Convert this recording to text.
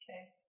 Okay